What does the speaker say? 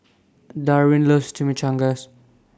Darwin loves Chimichangas